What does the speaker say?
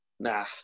Nah